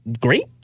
Great